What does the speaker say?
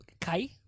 Kai